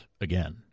again